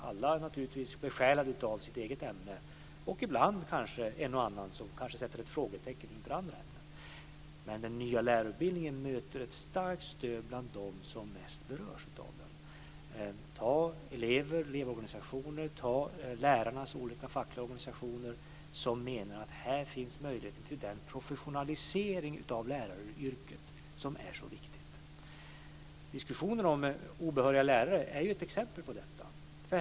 Alla är naturligtvis besjälade av sitt eget ämne, och det finns ibland kanske en och annan som sätter ett frågetecken inför andra ämnen. Den nya lärarutbildningen möter ett starkt stöd bland dem som mest berörs av den. Det gäller elever, elevorganisationer och lärarnas fackliga organisationer. De menar att det här finns möjlighet till den professionalisering av läraryrket som är så viktig. Diskussionen om obehöriga lärare är ett exempel på detta.